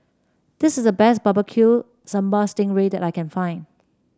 this is the best Barbecue Sambal Sting Ray that I can find